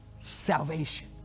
salvation